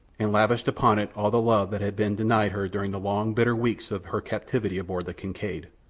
and lavished upon it all the love that had been denied her during the long, bitter weeks of her captivity aboard the kincaid.